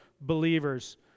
believers